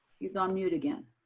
he's on mute again.